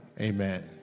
Amen